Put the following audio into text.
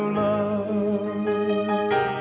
love